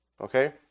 Okay